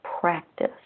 practice